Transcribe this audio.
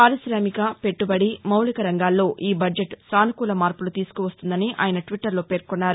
పారిశామిక పెట్టబడి మౌలిక రంగాల్లో ఈ బడ్టెట్ సానుకూల మార్పులు తీసుకువస్తుందని ఆయన ద్విట్టర్లో పేర్కొన్నారు